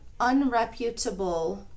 unreputable